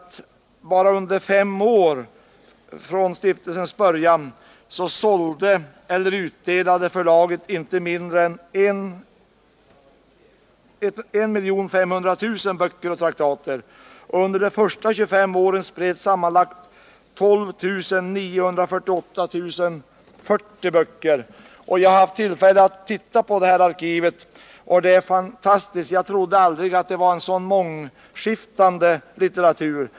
Bara under fem år från stiftelsens början sålde eller utdelade förlaget inte mindre än 1 500 000 böcker och traktater. Under de första 25 åren spreds sammanlagt 12 948 040 böcker. Jag har haft tillfälle att titta på detta arkiv — och det är fantastiskt. Jag trodde aldrig att det rörde sig om en så mångskiftande litteratur.